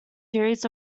series